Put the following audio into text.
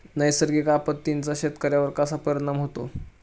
नैसर्गिक आपत्तींचा शेतकऱ्यांवर कसा परिणाम होतो?